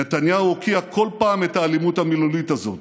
נתניהו הוקיע כל פעם את האלימות המילולית הזאת,